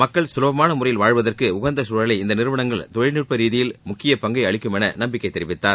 மக்கள் சுலபமான முறையில் வாழ்வதற்கு உகந்த சூழலை இந்த நிறுவனங்கள் தொழில்நுட்ப ரீதியில் முக்கிய பங்கை அளிக்கும் என நம்பிக்கை தெரிவித்தார்